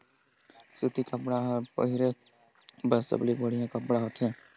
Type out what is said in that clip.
सूती कपड़ा हर पहिरे बर सबले बड़िहा कपड़ा होथे